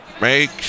make